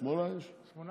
אחד